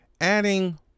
adding